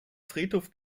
friedhof